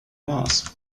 maß